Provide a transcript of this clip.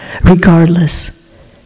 regardless